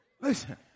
Listen